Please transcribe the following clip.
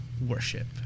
Worship